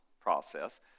process